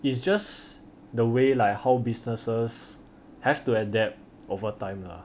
it's just the way like how businesses have to adapt overtime lah